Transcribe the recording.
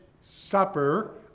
supper